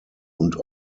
und